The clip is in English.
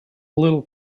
little